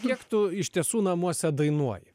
kiek tu iš tiesų namuose dainuoji